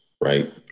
right